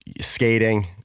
skating